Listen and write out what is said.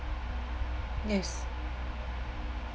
yes